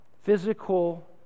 physical